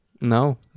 No